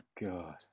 god